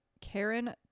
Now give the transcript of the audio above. Karen